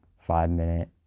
five-minute